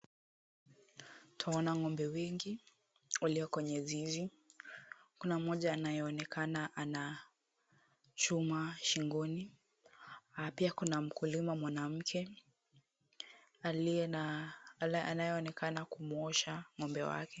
Twaona ng'ombe wengi walio kwenye zizi, kuna mmoja anayeonekana ana chuma shingoni na pia kuna mkulima mwanamke aliye na, anayeonekana kumwosha ng'ombe wake.